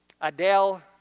Adele